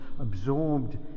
absorbed